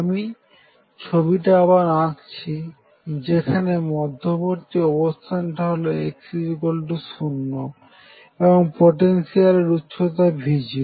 আমি ছবিটা আবার আঁকছি যেখানে মধ্যবর্তী অবস্থানটি হলো x0 এবং পোটেনশিয়ালের উচ্চতা V0